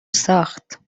ساخت